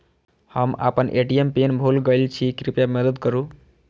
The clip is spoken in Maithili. हम आपन ए.टी.एम पिन भूल गईल छी, कृपया मदद करू